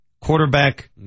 quarterback